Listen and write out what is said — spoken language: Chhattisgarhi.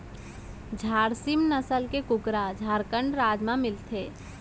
झारसीम नसल के कुकरा झारखंड राज म मिलथे